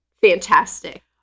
fantastic